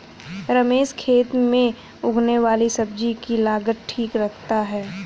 रमेश खेत में उगने वाली सब्जी की लागत ठीक रखता है